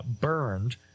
burned